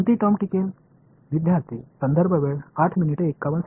மாணவர் ஒரே ஒரு வெளிப்பாடு மட்டுமே நீடித்து இருக்கும்